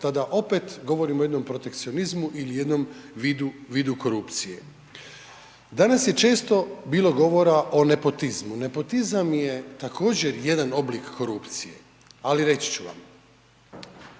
tada opet govorimo o jednom protekcionizmu ili jednom vidu, vidu korupcije. Danas je često bilo govora o nepotizmu, nepotizam je također jedan oblik korupcije, ali reći ću vam.